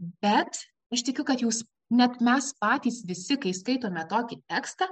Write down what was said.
bet aš tikiu kad jūs net mes patys visi kai skaitome tokį tekstą